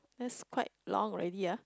that's quite long already ya